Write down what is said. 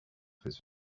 his